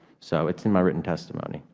so it's in my written testimony.